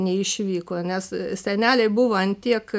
neišvyko nes seneliai buvo ant tiek